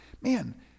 Man